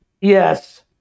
Yes